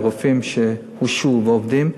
על רופאים שהורשעו ועובדים,